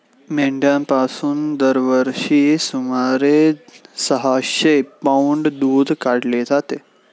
मेंढ्यांपासून दरवर्षी सुमारे सहाशे पौंड दूध काढले जाते